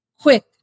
quick